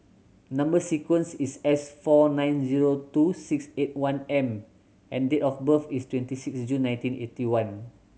number sequence is S four nine zero two six eight one M and date of birth is twenty six June nineteen eighty one